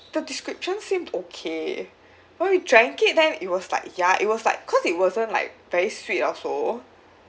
the description seemed okay when he drank it then it was like ya it was like because it wasn't like very sweet also